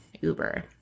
Uber